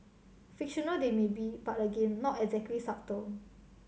fictional they may be but again not exactly subtle